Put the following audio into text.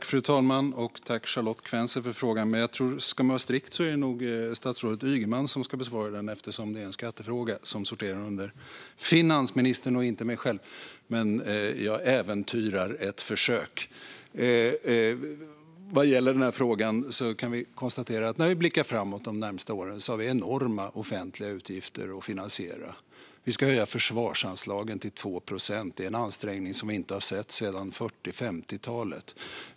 Fru talman! Tack, Charlotte Quensel, för frågan! Ska man vara strikt är det nog statsrådet Ygeman som ska besvara den, eftersom det är en skattefråga som sorterar under finansministern och inte mig. Men jag äventyrar ett försök. Vi kan konstatera när vi blickar framåt de närmaste åren att vi har enorma offentliga utgifter att finansiera. Vi ska höja försvarsanslagen till 2 procent, vilket är en ansträngning som vi inte har sett sedan 40 och 50-talet.